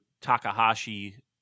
Takahashi